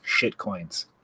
shitcoins